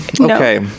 okay